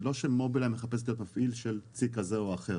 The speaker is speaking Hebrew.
זה לא שמובילאיי מחפשת להיות מפעיל של צי כזה או אחר.